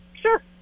Sure